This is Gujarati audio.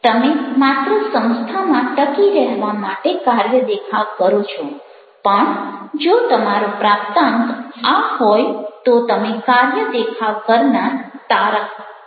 તમે માત્ર સંસ્થામાં ટકી રહેવા માટે કાર્ય દેખાવ કરો છો પણ જો તમારો પ્રાપ્તાંક આ હોય તો તમે કાર્ય દેખાવ કરનાર તારક છો